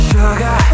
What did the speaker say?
Sugar